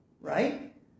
Right